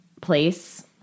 place